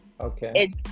okay